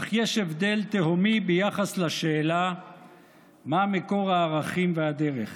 אך יש הבדל תהומי ביחס לשאלה מה מקור הערכים והדרך,